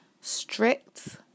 strict